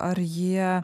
ar jie